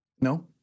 No